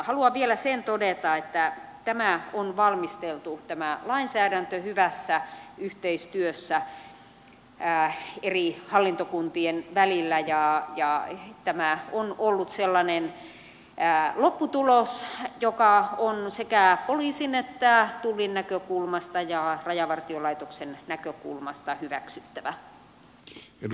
haluan vielä sen todeta että tämä lainsäädäntö on valmisteltu hyvässä yhteistyössä eri hallintokuntien välillä ja tämä on ollut sellainen lopputulos joka on sekä poliisin tullin että rajavartiolaitoksen näkökulmasta hyväksyttävä